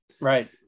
Right